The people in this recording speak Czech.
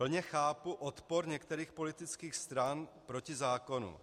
Plně chápu odpor některých politických stran proti zákonu.